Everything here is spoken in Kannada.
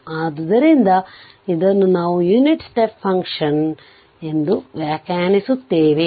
ಆದ್ದರಿಂದ ಇದನ್ನು ನಾವು ಯುನಿಟ್ ಸ್ಟೆಪ್ ಫಂಕ್ಷನ್ ಎಂದು ವ್ಯಾಖ್ಯಾನಿಸುತ್ತೇವೆ